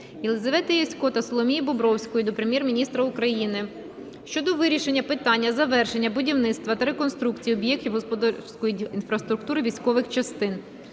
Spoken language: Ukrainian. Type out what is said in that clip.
Єлизавети Ясько та Соломії Бобровської до Прем'єр-міністра України щодо вирішення питання завершення будівництва та реконструкції об'єктів господарської інфраструктури військових частин.